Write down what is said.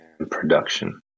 production